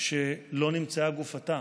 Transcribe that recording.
שלא נמצאה גופתה.